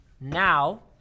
now